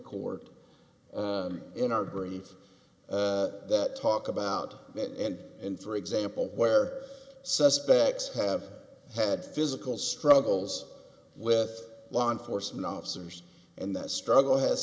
court in our brief that talk about that and and for example where suspects have had physical struggles with law enforcement officers and that struggle has